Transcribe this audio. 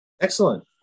Excellent